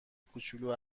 کوچولو